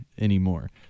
anymore